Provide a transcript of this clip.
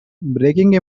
breaking